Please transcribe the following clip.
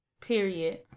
period